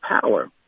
power